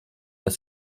das